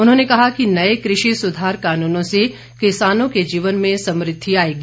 उन्होंने कहा कि नए कृषि सुधार कानूनों से किसानों के जीवन में समृद्धि आएगी